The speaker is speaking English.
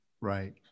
Right